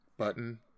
button